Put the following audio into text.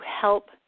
help